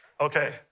Okay